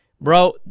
Bro